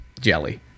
jelly